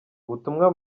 ubutumwa